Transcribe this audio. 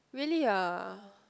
really ah